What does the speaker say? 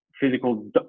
physical